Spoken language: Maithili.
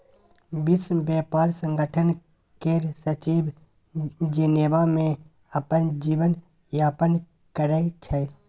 विश्व ब्यापार संगठन केर सचिव जेनेबा मे अपन जीबन यापन करै छै